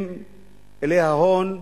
הם אילי ההון,